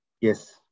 yes